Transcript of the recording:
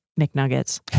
McNuggets